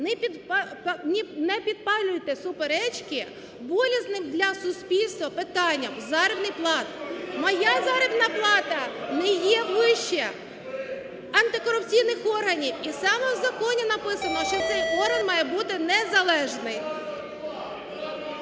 не підпалюйте суперечки болісним для суспільства питанням заробітних плат. Моя заробітна плата не є вище антикорупційних органів, і саме в законі написано, що цей орган має бути незалежний.